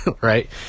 right